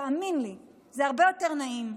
תאמין לי, זה הרבה יותר נעים.